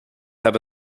have